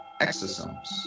exosomes